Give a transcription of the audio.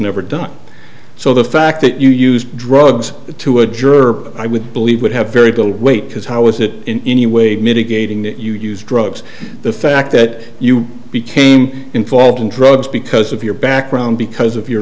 never done so the fact that you use drugs to a jerk i would believe would have very little weight because how is it in any way mitigating that you use drugs the fact that you became involved in drugs because of your background because of your